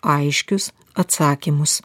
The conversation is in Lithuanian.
aiškius atsakymus